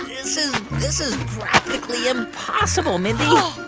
this is this is practically impossible, mindy